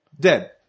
Dead